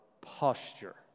posture